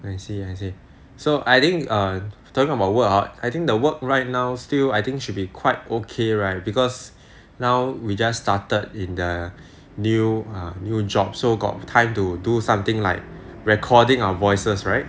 I see I see so I think err talking about work ah I think the work right now still I think should be quite okay right because now we just started in the new err new job so got time to do something like recording our voices right